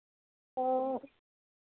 और